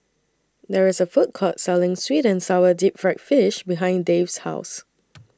There IS A Food Court Selling Sweet and Sour Deep Fried Fish behind Dave's House